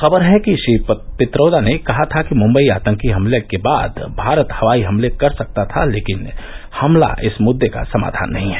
खबर है कि श्री पित्रोदा ने कहा था कि मुम्बई आतंकी हमले के बाद भारत हवाई हमले कर सकता था लेकिन हमला इस मुद्दे का समाधान नहीं है